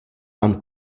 han